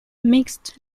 mixed